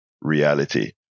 reality